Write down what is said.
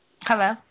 Hello